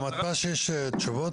לממת"ש יש תשובות?